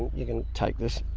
you can take this,